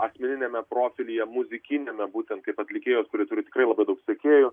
asmeniniame profilyje muzikiniame būtent kaip atlikėjos kuri turi tikrai labai daug sekėjų